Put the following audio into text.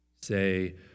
say